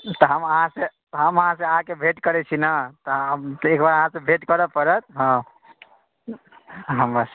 तऽ हम अहाँ से हम अहाँ से आ के भेट करैत छी ने तऽ एक बार अहाँसँ भेट करऽ पड़त हँ हमर